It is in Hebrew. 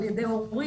על ידי הורים,